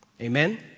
Amen